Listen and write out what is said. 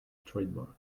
trademark